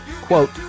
quote